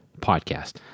podcast